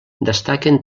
destaquen